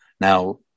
Now